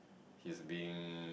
he's being